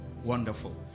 wonderful